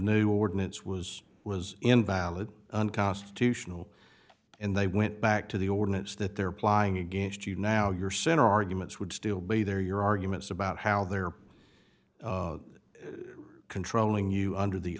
new ordinance was was invalid unconstitutional and they went back to the ordinance that they're applying against you now your center arguments would still be there your arguments about how they're controlling you under the